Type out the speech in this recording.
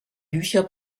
bücher